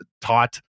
taught